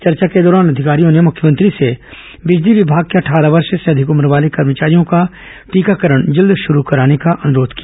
चर्चा के दौरान अधिकारियों ने मुख्यमंत्री से बिजली विमाग के अट्ठारह वर्ष से अधिक उम्र वाले कर्मचारियों का टीकाकरण जल्द शुरू कराने का अनुरोध किया